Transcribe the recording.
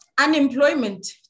unemployment